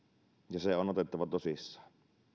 ja se on otettava tosissaan